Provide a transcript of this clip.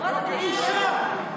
בוקר טוב.